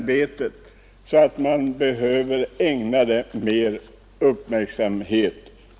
Denna fråga behöver verkligen ägnas mer uppmärksamhet.